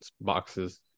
Boxes